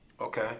Okay